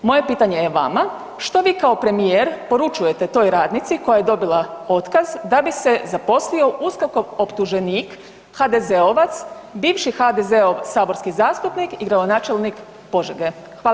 Moje pitanje je vama, što vi kao premijer poručujete toj radnici koja je dobila otkaz da bi se zaposlio USKOK-ov optuženik HDZ-ovac, bivši HDZ-ov saborski zastupnik i gradonačelnik Požege?